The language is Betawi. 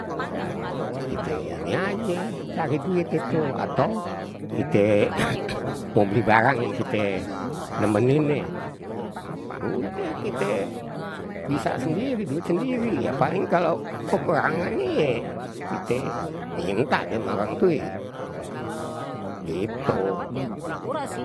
Kite ini aje, cari duit itu atau kite mau beli barang yang kita demenin nih. Udeh, kite bisa sendiri, duit sendiri. Ya paling kalau kekurangannye ye, kita minta deh ama orang tue gitu.